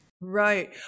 Right